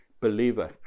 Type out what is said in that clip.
believer